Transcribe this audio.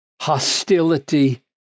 hostility